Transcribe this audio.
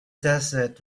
desert